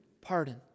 pardon